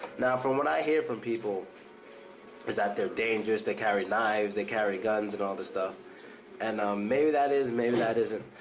now, from what i hear from people is that they're dangerous, they carry knives, they carry guns and all this stuff and maybe that is and maybe that isn't,